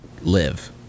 Live